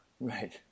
Right